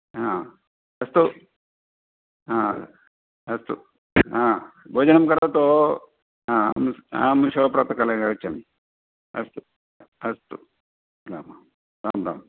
हा अस्तु हा अस्तु आ भोजनं करोतु हा अहं अहं श्वः प्रातःकाले आगच्चामि अस्तु अस्तु मिलामः राम् राम्